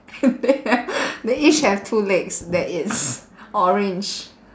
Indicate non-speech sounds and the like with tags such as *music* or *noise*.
*laughs* they each have two legs that is orange